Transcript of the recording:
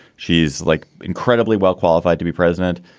she's like incredibly well qualified to be president.